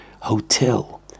hotel